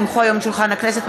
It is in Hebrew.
כי הונחו היום על שולחן הכנסת,